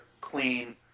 clean